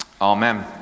Amen